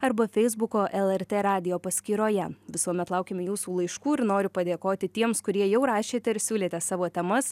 arba feisbuko lrt radijo paskyroje visuomet laukiame jūsų laiškų ir noriu padėkoti tiems kurie jau rašėte ir siūlėte savo temas